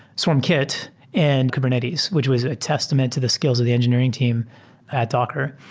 swarm kit and kubernetes, which was a testament to the skills of the engineering team at docker.